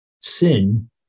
Sin